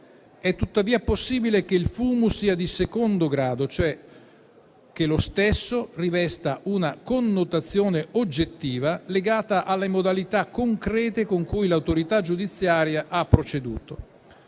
È tuttavia possibile che il *fumus* sia di secondo grado, cioè che lo stesso rivesta una connotazione oggettiva, legata alle modalità concrete con cui l'autorità giudiziaria ha proceduto.